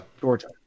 Georgia